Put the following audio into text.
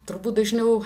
turbūt dažniau